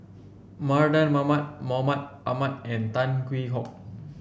Mardan Mamat Mahmud Ahmad and Tan Hwee Hock